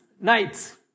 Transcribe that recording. nights